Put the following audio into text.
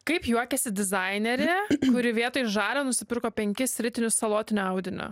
kaip juokiasi dizainerė kuri vietoj žalio nusipirko penkis ritinius salotinio audinio